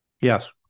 Yes